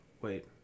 Wait